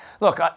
Look